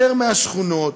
יותר מהשכונות?